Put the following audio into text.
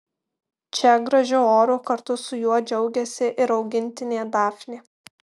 čia gražiu oru kartu su juo džiaugiasi ir augintinė dafnė